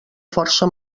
força